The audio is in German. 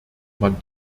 man